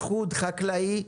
מהאיחוד החקלאי,